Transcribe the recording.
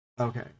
Okay